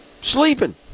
sleeping